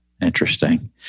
Interesting